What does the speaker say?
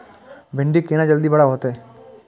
भिंडी केना जल्दी बड़ा होते?